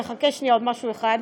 חכה, עוד משהו אחד.